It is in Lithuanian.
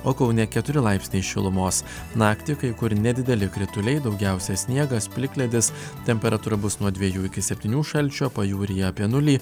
o kaune keturi laipsniai šilumos naktį kai kur nedideli krituliai daugiausia sniegas plikledis temperatūra bus nuo dvejų iki septynių šalčio pajūryje apie nulį